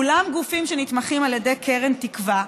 כולם גופים שנתמכים על ידי קרן תקווה.